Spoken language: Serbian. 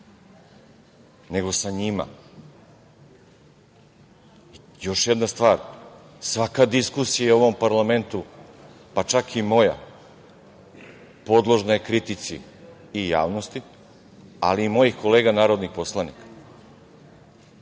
nego sa njima. Još jedna stvar, svaka diskusija u ovom parlamentu, pa čak i moja, podložna je kritici i javnosti, ali i mojih kolega narodnih poslanika.